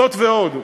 זאת ועוד,